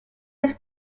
its